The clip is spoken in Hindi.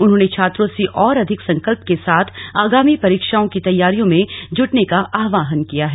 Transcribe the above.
उन्होंने छात्रों से और अधिक संकल्प के साथ आगामी परीक्षाओं की तैयारी में जुट जाने का आह्वान किया है